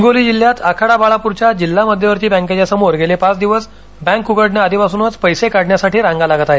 हिंगोली जिल्ह्यात आखाडा बाळाप्रच्या जिल्हा मध्यवर्ती बँकेच्या समोर गेले पाच दिवस बँक उघडण्याआधीपासूनच पैसे काढण्यासाठी रांगा लागत आहेत